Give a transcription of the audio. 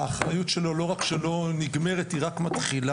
האחריות שלו לא רק שלא נגמרת, היא רק מתחילה.